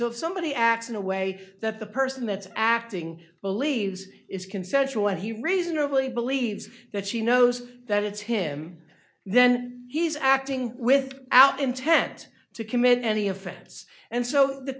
of somebody acts in a way that the person that's acting believes is consensual and he reasonably believes that she knows that it's him then he's acting with out intent to commit any offense and so the